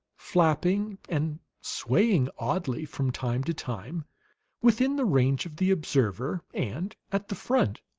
flapping and swaying oddly from time to time within the range of the observer, and at the front.